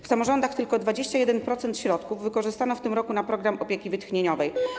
W samorządach tylko 21% środków wykorzystano w tym roku na program opieki wytchnieniowej.